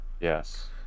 yes